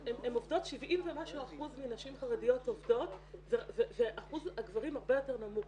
70% ומשהו מהנשים החרדיות עובדות ואחוז הגברים הרבה יותר נמוך,